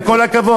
עם כל הכבוד,